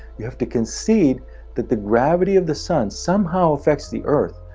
you have to concede that the gravity of the sun somehow affects the earth,